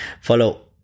Follow